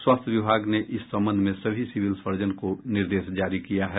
स्वास्थ्य विभाग ने इस संबंध में सभी सिविल सर्जन को निर्देश जारी किया है